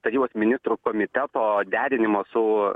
tarybos ministrų komiteto derinimo su